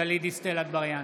גלית דיסטל אטבריאן,